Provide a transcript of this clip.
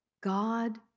God